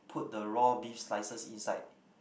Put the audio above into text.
put the raw beef slices inside